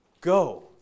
Go